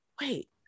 wait